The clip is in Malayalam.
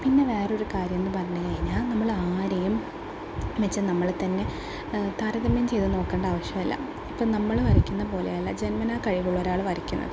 പിന്നെ വേറൊരു കാര്യമെന്ന് പറഞ്ഞ് കഴിഞ്ഞാൽ നമ്മളാരേയും എന്ന് വെച്ചാൽ നമ്മളെ തന്നെ താരതമ്യം ചെയ്ത് നോക്കണ്ട ആവശ്യമില്ല ഇപ്പം നമ്മള് വരയ്ക്കുന്ന പോലെയല്ല ജന്മന കഴിവുള്ള ഒരാള് വരയ്ക്കുന്നത്